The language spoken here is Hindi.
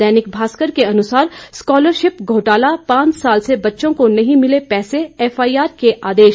दैनिक भास्कर के अनुसार स्कॉलरशिप घोटाला पांच साल से बच्चों को नहीं मिले पैसे एफआईआर के आदेश